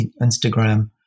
Instagram